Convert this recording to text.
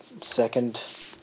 second